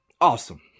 Awesome